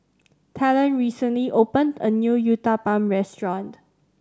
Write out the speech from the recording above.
Talen recently opened a new Uthapam Restaurant